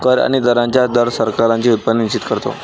कर आणि दरांचा दर सरकारांचे उत्पन्न निश्चित करतो